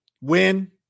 win